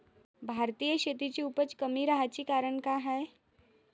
भारतीय शेतीची उपज कमी राहाची कारन का हाय?